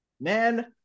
Man